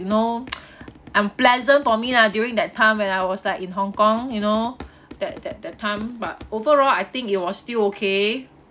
you know unpleasant for me lah during that time when I was like in hong kong you know that that that time but overall I think it was still okay